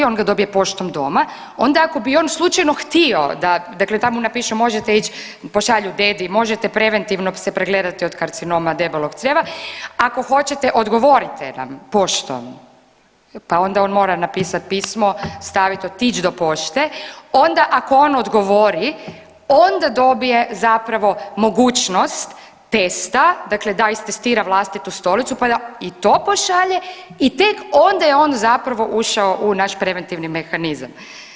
On ga dobije poštom doma onda ako bi on slučajno htio, dakle tamo mu napišu možete ići, pošalju dedi, možete preventivno se pregledati od karcinoma debelog crijeva, ako hoćete odgovorite nam poštom, pa onda on mora napisati pismo, stavit, otić do pošte, onda ako on odgovori onda dobije zapravo mogućnost testa, dakle da istestira vlastitu stolicu pa da i to pošalje i tek onda je zapravo on ušao u naš preventivni mehanizam.